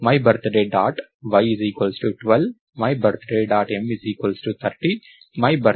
my birthday dot y 12 my birthday dot m 30 my birthday dot d 1950